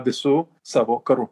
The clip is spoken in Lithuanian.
visu savo karu